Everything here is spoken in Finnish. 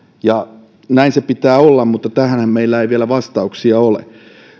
näin sen pitää olla mutta tähänhän meillä ei vielä vastauksia ole